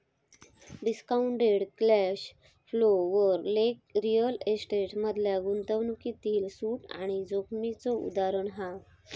discounted cash flow वर लेख real estate मधल्या गुंतवणूकीतील सूट आणि जोखीमेचा उदाहरण हा